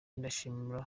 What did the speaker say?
ndashimira